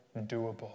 doable